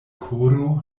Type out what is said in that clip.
koro